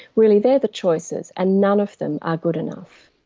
really they're the choices and none of them are good enough.